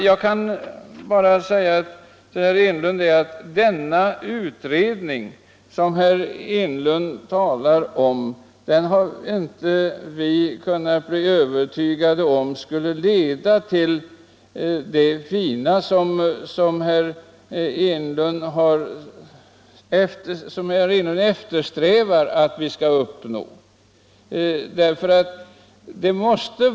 Jag kan bara säga till herr Enlund att vi inte blivit övertygade om att den utredning som han önskar skulle leda till det fina han eftersträvar.